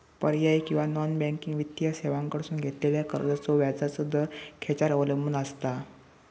पर्यायी किंवा non banking वित्तीय सेवांकडसून घेतलेल्या कर्जाचो व्याजाचा दर खेच्यार अवलंबून आसता?